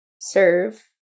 serve